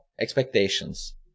expectations